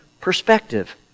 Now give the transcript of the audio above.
perspective